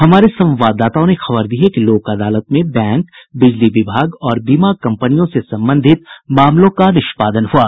हमारे संवाददाताओं ने खबर दी है कि लोक अदालत में बैंक बिजली विभाग और बीमा कम्पनियों से संबंधित मामलों का निष्पादन हुआ